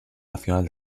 nacional